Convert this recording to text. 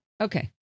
Okay